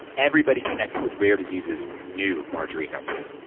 everybody connected with rare diseases knew marjorie guthrie.